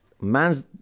Man's